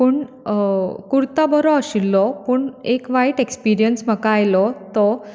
पूण कुर्ता बरो आशिल्लो पूण एक वायट एक्सपिरियंस म्हाका आयलो तो